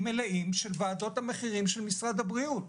מלאים של ועדות המחירים של משרד הבריאות.